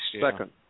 second